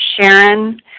Sharon